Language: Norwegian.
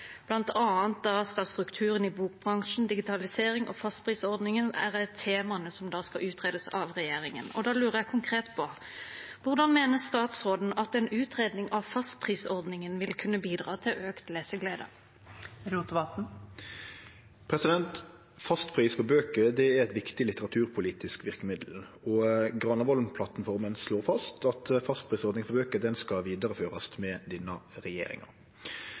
strukturen i bokbransjen, digitalisering og fastprisordningen temaer som skal utredes av regjeringen. Da lurer jeg konkret på: Hvordan mener statsråden at en utredning av fastprisordningen vil kunne bidra til økt leseglede? Fastpris på bøker er eit viktig litteraturpolitisk verkemiddel, og Granavolden-plattforma slår fast at fastprisordninga for bøker skal vidareførast med denne regjeringa.